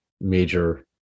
major